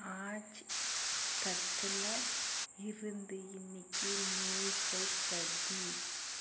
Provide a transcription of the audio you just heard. ஆஜ் தக்கில் இருந்து இன்னிக்கு நியூஸை படி